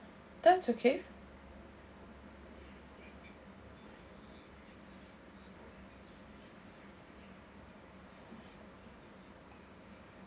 that's okay